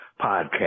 podcast